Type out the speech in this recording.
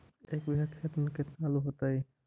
एक बिघा खेत में केतना आलू होतई?